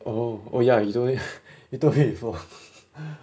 oh oh ya you told me you told me before